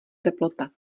teplota